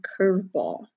curveball